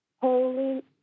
holy